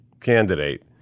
candidate